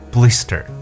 Blister